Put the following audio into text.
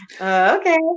okay